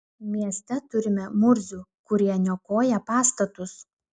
mieste turime murzių kurie niokoja pastatus